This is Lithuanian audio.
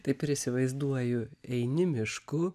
taip ir įsivaizduoju eini mišku